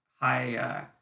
high